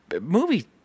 movie